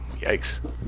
Yikes